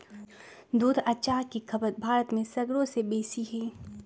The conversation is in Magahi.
दूध आ चाह के खपत भारत में सगरो से बेशी हइ